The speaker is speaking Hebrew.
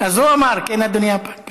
אז הוא אמר: כן, אדוני הפג.